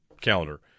calendar